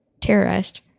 terrorized